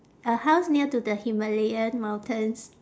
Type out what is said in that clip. a house near to the himalayan mountains